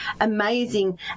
amazing